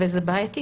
וזה בעייתי.